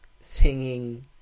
singing